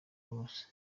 bose